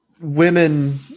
women